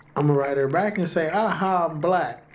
um write her back and say, aha, i'm black!